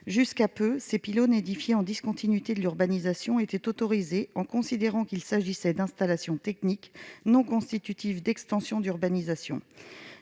Jusqu'à il y a peu, ces pylônes édifiés en discontinuité de l'urbanisation étaient autorisés : on considérait qu'il s'agissait d'installations techniques non constitutives d'une extension de l'urbanisation.